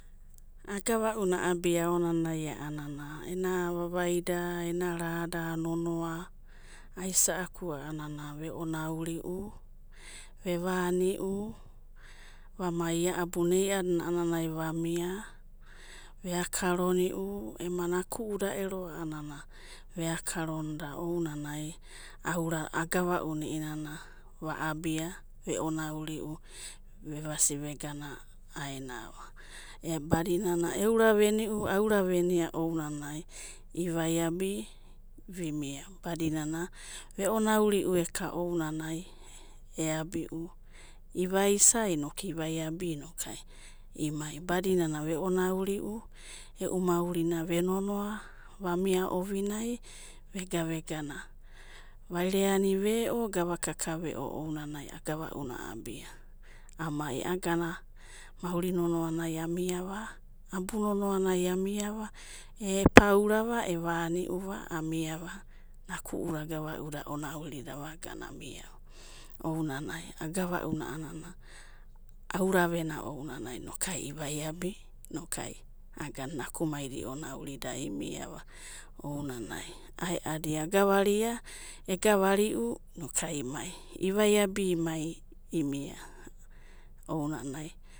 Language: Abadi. Agava'una aabia ainanai, a'anana ena vavaida ena rada nonoa, aisa'aku a'anana ve'onauriu vevaniu, vamai ia abuna ia'adinai vamia, veakaroniu, ema naku'uda ero a'anana, veakaronida, ema naku'uda ero a'anana, veokaronida ounanai aura agava'una iei'nana va'abia, ve'onauri'u, vevasi vegana aenava. Ea badinana euraveniu, aura venia ounanai, ivaiabi vimia badinana veonauriu eka ounanai eabiu, ivaisa inoku ivaiabi inokai, imai badinana veonauriu e'u maurina ve nonoa vamia ovinai, vega vega, vaireani ve'o, gava kaka ve'o ounanai agavau'na a'abia amai agana mauri nonoa amiava, abu, nonoanai amiava e'paurava e'vani'uva amiava, naku'uda agavauda, aonauridava agana amiava, ounanai agavauna a'anana auravenia ana ounana ivaiabi, inokuai nakumaida ionaiva inu'ava ounanai aeadi agavaria, egavari'u inoku ai mai.